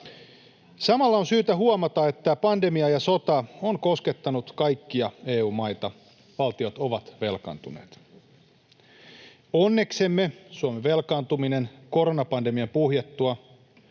Samalla on syytä huomata, että pandemia ja sota ovat koskettaneet kaikkia EU-maita. Valtiot ovat velkaantuneet. Onneksemme Suomen velkaantuminen koronapandemian puhjettua